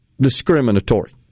discriminatory